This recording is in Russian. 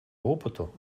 опыту